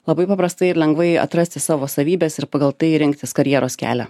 labai paprastai ir lengvai atrasti savo savybes ir pagal tai rinktis karjeros kelią